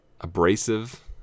abrasive